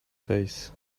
face